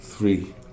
three